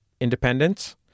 independence